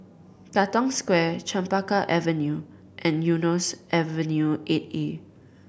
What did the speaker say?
Katong Square Chempaka Avenue and Eunos Avenue Eight A